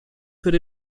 put